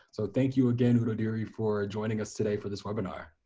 so thank you again, udodiri, for joining us today for this webinar.